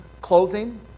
clothing